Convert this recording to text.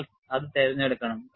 നിങ്ങൾ തിരഞ്ഞെടുക്കണം